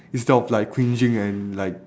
instead of like cringing and like